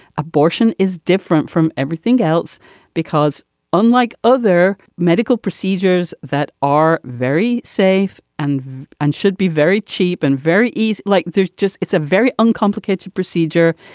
abortion is different from everything else because unlike other medical procedures that are very safe and and should be very cheap and very easy like there's just it's a very uncomplicated procedure.